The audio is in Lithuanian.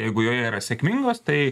jeigu joje yra sėkmingos tai